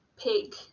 pig